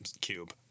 cube